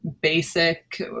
basic